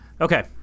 Okay